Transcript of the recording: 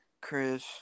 Chris